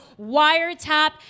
Wiretap